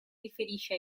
riferisce